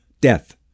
death